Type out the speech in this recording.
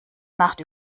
nacht